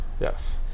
Yes